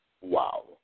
wow